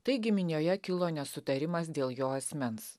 taigi minioje kilo nesutarimas dėl jo asmens